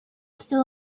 still